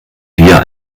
dir